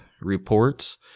reports